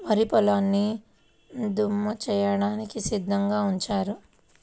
వరి పొలాల్ని దమ్ము చేయడానికి సిద్ధంగా ఉంచారు